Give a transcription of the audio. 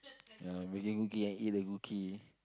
yeah we making cookie and eat the cookie